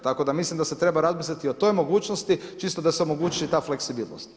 Tako da mislim da se treba razmisliti o toj mogućnosti čisto da se omogući ta fleksibilnost.